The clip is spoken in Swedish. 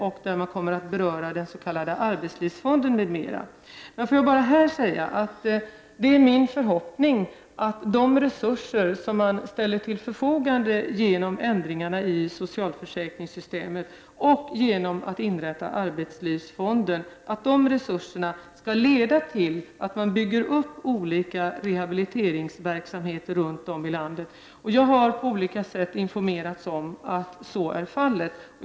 Där kommer man att beröra den s.k. arbetslivsfonden m.m. Får jag här bara säga att det är min förhoppning att de resurser som ställs till förfogande genom ändringarna i socialförsäkringssystemet och genom att arbetslivsfonden inrättas skall leda till att olika rehabiliteringsverksamheter runt om i landet byggs upp. Jag har på olika sätt informerats om att så är fallet.